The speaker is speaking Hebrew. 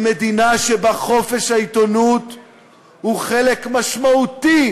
היא מדינה שבה חופש העיתונות הוא חלק משמעותי